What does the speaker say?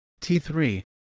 t3